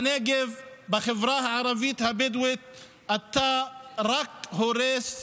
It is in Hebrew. בחברה הערבית הבדואית בנגב אתה רק הורס להם,